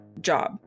job